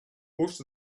most